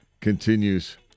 continues